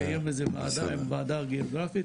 נקיים איזו ועדה גיאוגרפית,